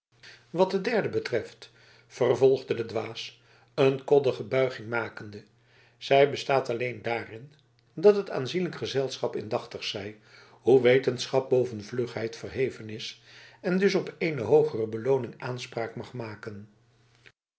wat de derde betreft vervolgde de dwaas een koddige buiging makende zij bestaat alleen daarin dat het aanzienlijk gezelschap indachtig zij hoe wetenschap boven vlugheid verheven is en dus op eene hoogere belooning aanspraak mag maken